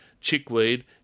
chickweed